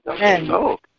no